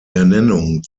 ernennung